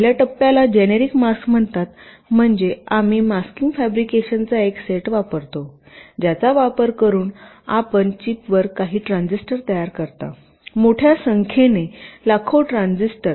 पहिल्या टप्प्याला generic mask म्हणतात म्हणजे आम्ही मास्किंग फॅब्रिकेशनचा एक सेट वापरतो ज्याचा वापर करून आपण चिपवर काही ट्रांजिस्टर तयार करता मोठ्या संख्येने लाखो ट्रान्झिस्टर